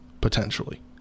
potentially